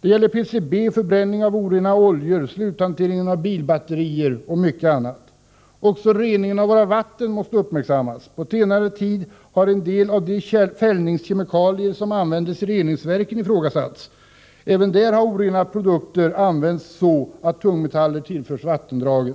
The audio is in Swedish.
Det gäller PCB, förbränning av orena oljor, sluthantering av bilbatterier och mycket annat. Också reningen av våra vatten måste uppmärksammas. På senare tid har en del av de fällningskemikalier som används i reningsverken ifrågasatts. Även där har orena produkter använts så att tungmetaller tillförts vattendragen.